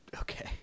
Okay